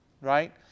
right